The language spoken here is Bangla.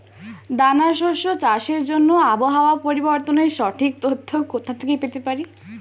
দানা শস্য চাষের জন্য আবহাওয়া পরিবর্তনের সঠিক তথ্য কোথা থেকে পেতে পারি?